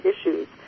issues